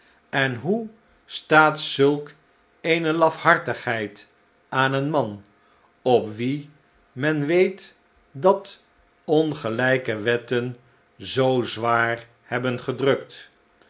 en hoe staat zulk eene lafhartigheid aan een man op wien men weet dat ongelijke wetten zoo zwaar hebben gedrukt